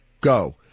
go